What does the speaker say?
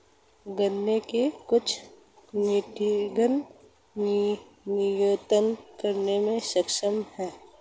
गन्ने की कुछ निटोगेन नियतन करने में सक्षम है